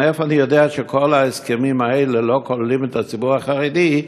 מאיפה אני יודע שכל ההסכמים האלה לא כוללים את הציבור החרדי?